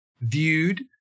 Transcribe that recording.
viewed